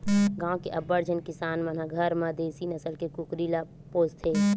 गाँव के अब्बड़ झन किसान मन ह घर म देसी नसल के कुकरी ल पोसथे